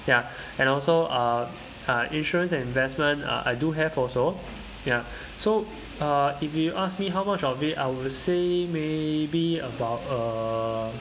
ya and also uh ah insurance and investment ah I do have also ya so uh if you ask me how much of it I would say maybe about uh